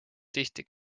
tihti